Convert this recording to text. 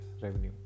revenue